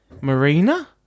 Marina